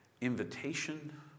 invitation